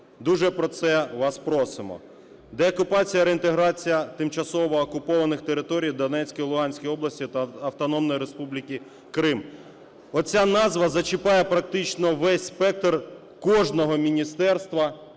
дуже про це вас просимо. Деокупація і реінтеграція тимчасово окупованих територій Донецької і Луганської областей та Автономної Республіки Крим. Оця назва зачіпає практично весь спектр кожного міністерства